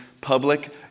public